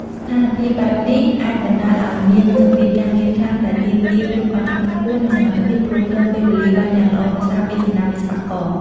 ស្ថានភាពបែបនេះអាចបណ្ដាលឲ្យមាន សម្ពាធការងារខ្លាំងដែលទាមទារភាពអត់ធ្មត់ខ្ពស់ និងសមត្ថភាពគ្រប់គ្រងពេលវេលាបានយ៉ាងល្អប្រសើរពីសំណាក់វិស្វករ។